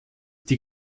die